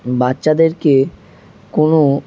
বাচ্চাদেরকে কোনো